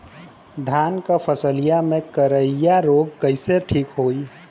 धान क फसलिया मे करईया रोग कईसे ठीक होई?